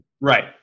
Right